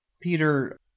Peter